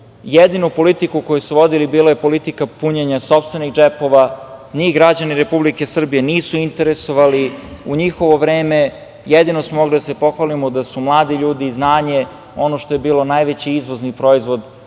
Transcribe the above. jedinu politiku koju su vodili bila je politika punjenja sopstvenih džepova. Njih rađani Republike Srbije nisu interesovali. U njihovo vreme jedino smo mogli da se pohvalimo da su mladi ljudi, znanje, ono što je bilo najveći izvozni proizvod